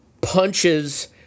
punches